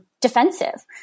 defensive